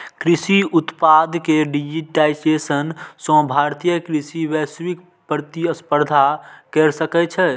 कृषि उत्पाद के डिजिटाइजेशन सं भारतीय कृषि वैश्विक प्रतिस्पर्धा कैर सकै छै